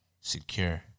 secure